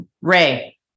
Ray